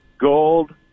gold